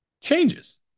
changes